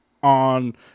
on